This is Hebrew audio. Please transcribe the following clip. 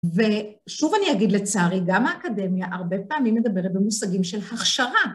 ושוב אני אגיד לצערי, גם האקדמיה הרבה פעמים מדברת במושגים של הכשרה.